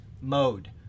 mode